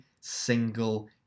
single